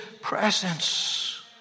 presence